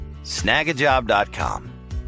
Snagajob.com